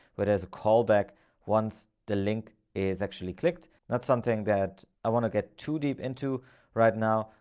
whereas callback once the link is actually clicked, that's something that i want to get too deep into right now.